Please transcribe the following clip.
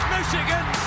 Michigan